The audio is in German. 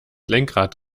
lenkrad